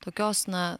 tokios na